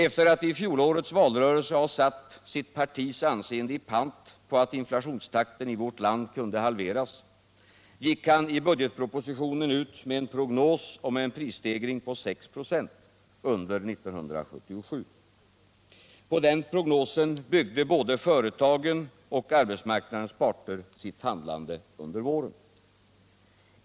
Efter att i fjolårets valrörelse ha satt sitt partis anseende i pant på att inflationstakten i vårt land kunde halveras gick han i budgetpropositionen ut med en prognos om en prisstegring på 6 26 under 1977. På denna prognos byggde både företagen och arbetsmarknadens parter sitt handlande under våren.